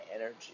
energy